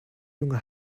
junge